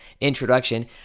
introduction